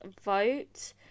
vote